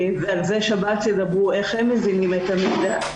ועל זה שב"ס ידברו איך הם מזינים את המידע.